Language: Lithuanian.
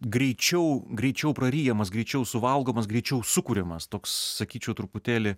greičiau greičiau praryjamas greičiau suvalgomas greičiau sukuriamas toks sakyčiau truputėlį